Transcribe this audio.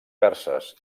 perses